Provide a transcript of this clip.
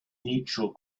neutral